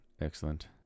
excellent